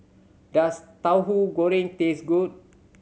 does Tahu Goreng taste good